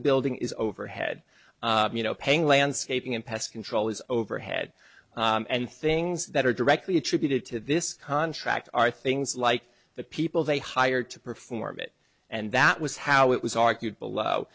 a building is overhead you know paying landscaping and pest control is overhead and things that are directly attributed to this contract are things like the people they hired to perform it and that was how it was argued below